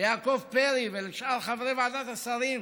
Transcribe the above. ליעקב פרי ולשאר חברי ועדת השרים,